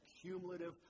cumulative